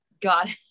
Got